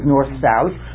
North-South